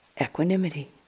equanimity